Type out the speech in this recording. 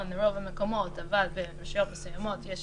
ברוב המקומות אבל ברשויות מסוימות יש